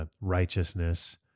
righteousness